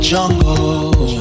Jungle